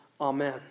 Amen